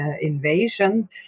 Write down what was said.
invasion